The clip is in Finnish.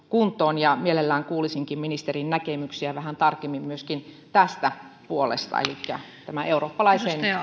kuntoon mielelläni kuulisinkin ministerin näkemyksiä vähän tarkemmin myöskin tästä puolesta elikkä tämä eurooppalaiseen